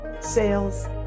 Sales